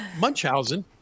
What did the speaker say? Munchausen